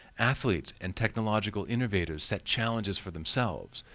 athletes and technological innovators set challenges for themselves.